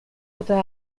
otras